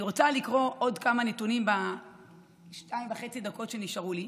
אני רוצה לקרוא עוד כמה נתונים בשתיים וחצי הדקות שנשארו לי.